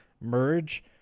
merge